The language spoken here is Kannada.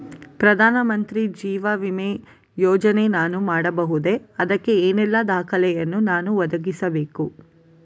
ಪ್ರಧಾನ ಮಂತ್ರಿ ಜೀವ ವಿಮೆ ಯೋಜನೆ ನಾನು ಮಾಡಬಹುದೇ, ಅದಕ್ಕೆ ಏನೆಲ್ಲ ದಾಖಲೆ ಯನ್ನು ನಾನು ಒದಗಿಸಬೇಕು?